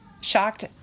shocked